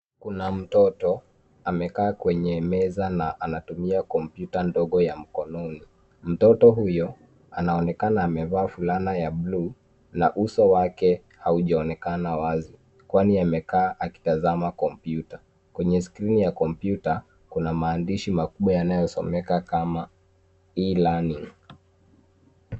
Kuna mtoto amekaa kwenye meza na anatumia kompyuta ndogo ya mkononi. Mtoto huyo anaonekana amevaa fulana ya buluu na uso wake haujaonekana wazi kwani amekaa akitazama kompyuta. Kwenye skrini ya kompyuta kuna maandishi makubwa yanayosomeka kama e-learning .